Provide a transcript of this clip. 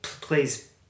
Please